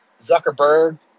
Zuckerberg